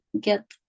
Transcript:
get